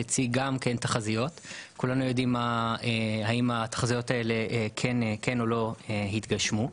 גם הציג תחזיות כאלה כולנו יודעים אם התחזיות האלה התגשמו או לא.